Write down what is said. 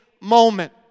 moment